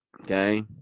okay